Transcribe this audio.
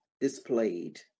displayed